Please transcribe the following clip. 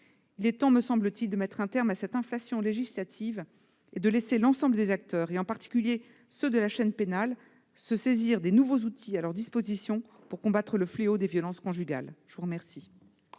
il est temps, me semble-t-il, de mettre un terme à cette inflation législative et de laisser l'ensemble des acteurs, en particulier ceux de la chaîne pénale, se saisir des nouveaux outils mis à leur disposition, pour combattre le fléau des violences conjugales. La parole